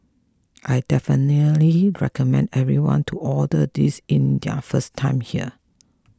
I definitely recommend everyone to order this in their first time here